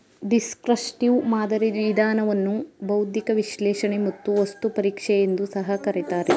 destructive ಮಾದರಿ ವಿಧಾನವನ್ನು ಬೌದ್ಧಿಕ ವಿಶ್ಲೇಷಣೆ ಮತ್ತು ವಸ್ತು ಪರೀಕ್ಷೆ ಎಂದು ಸಹ ಕರಿತಾರೆ